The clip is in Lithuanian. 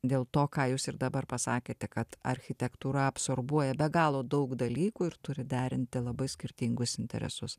dėl to ką jūs ir dabar pasakėte kad architektūra absorbuoja be galo daug dalykų ir turi derinti labai skirtingus interesus